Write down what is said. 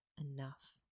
enough